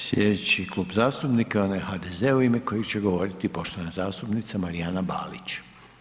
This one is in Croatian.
Sljedeći klub zastupnika je onaj HDZ-a u ime kojeg će govoriti poštovana zastupnica Marijana Balić.